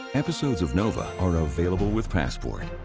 episodes of nova are available with passport.